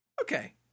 Okay